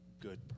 good